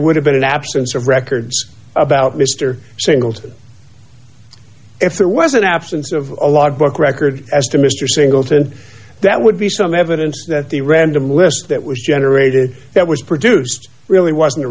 would have been an absence of records about mr singleton if there was an absence of a large book record as to mr singleton that would be some evidence that the random list that was generated that was produced really wasn't a